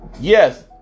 Yes